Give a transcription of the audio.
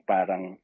Parang